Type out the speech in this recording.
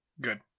Good